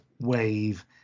wave